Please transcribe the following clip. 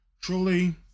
Truly